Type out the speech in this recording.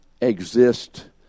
exist